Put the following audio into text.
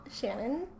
Shannon